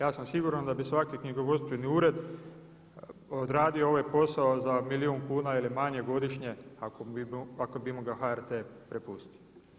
Ja sam siguran da bi svaki knjigovodstveni ured odradio ovaj posao za milijun kuna ili manje godišnje ako bi mu ga HRT prepustio.